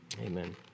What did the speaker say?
Amen